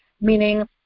Meaning